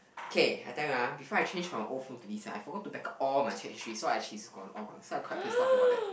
okay I tell you uh before I change from my old phone to this uh I forgot to back all my chat history so I actually is gone all gone so I quite pissed off about that